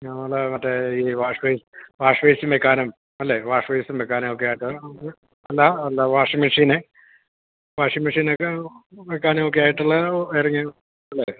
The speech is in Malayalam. നമ്മളേ മറ്റേ ഈ വാഷ് വാഷ് ബേസിൻ വയ്ക്കാനും അല്ലേ വാഷ് ബേസിൻ വയ്ക്കാനൊക്കെയൊക്കെയാ അല്ല അല്ല വാഷിംഗ് മെഷിന് വാഷിംഗ് മെഷിനൊക്കെ വയ്ക്കാനൊക്കെയായിട്ടുള്ള വയറിങ് അല്ലെങ്കില്